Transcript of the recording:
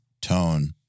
tone